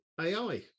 AI